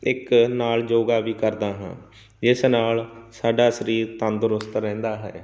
ਇੱਕ ਨਾਲ ਯੋਗਾ ਵੀ ਕਰਦਾ ਹਾਂ ਇਸ ਨਾਲ ਸਾਡਾ ਸਰੀਰ ਤੰਦਰੁਸਤ ਰਹਿੰਦਾ ਹੈ